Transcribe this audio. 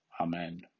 Amen